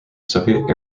soviet